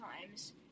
times